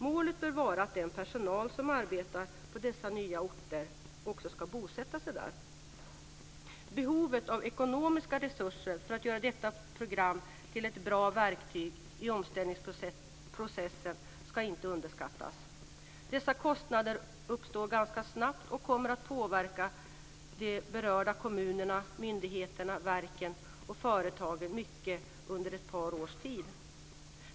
Målet bör vara att den personal som arbetar på dessa nya orter också ska bosätta sig där. Behovet av ekonomiska resurser för att göra detta program till ett bra verktyg i omställningsprocessen ska inte underskattas. Dessa kostnader uppstår ganska snabbt och kommer att påverka de berörda kommunerna, myndigheterna, verken och företagen mycket under ett par års tid.